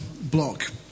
block